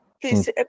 please